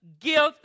gift